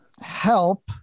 help